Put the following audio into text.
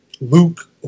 Luke